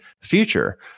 future